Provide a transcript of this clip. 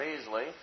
easily